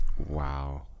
Wow